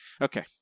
okay